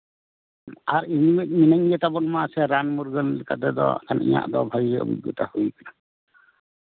ᱟᱨ ᱤᱢᱟᱹᱧ ᱢᱮᱛᱟᱵᱚᱱ ᱢᱟᱥᱮ ᱨᱟᱱ ᱢᱩᱨᱜᱟᱹᱱ ᱞᱮᱠᱟ ᱛᱮᱫᱚ ᱟᱹᱞᱤᱧᱟᱜ ᱫᱚ ᱵᱷᱟᱹᱜᱮ ᱜᱮ ᱚᱵᱷᱤᱜᱽᱜᱚᱛᱟ ᱦᱩᱭ ᱟᱠᱟᱱᱟ